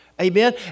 Amen